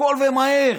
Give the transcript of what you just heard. הכול ומהר,